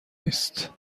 نیست